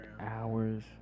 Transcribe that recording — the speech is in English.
hours